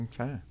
Okay